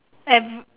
and